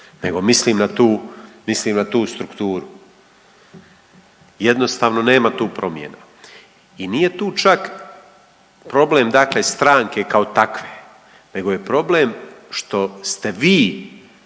nego mislim na tu strukturu. Jednostavno nema tu promjena. I nije tu čak problem, dakle stranke kao takve nego je problem što ste vi